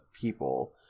people